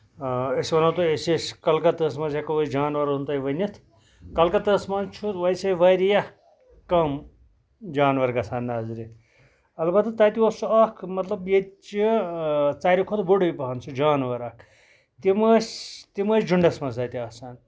آ أسۍ وَنو تۄہہِ أسۍ ٲسۍ کَلکَتس منٛز ہٮ۪کو أسۍ جاناوارَن ہُند تۄہہِ ؤنِتھ کَلکَتس منٛز چھُ ویسے واریاہ کَم جاناوار گژھان نَظرِ اَلبتہٕ تَتہِ اوس سُہ اکھ مطلب ییٚتہِ چہِ ساروی کھۄتہٕ بوٚڑُو پَہن سُہ جاناوار اکھ تِم ٲسۍ تِم ٲسۍ جُنڈس منٛز تتہِ آسان